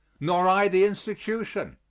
nor i the institution.